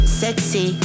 sexy